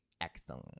excellent